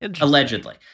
allegedly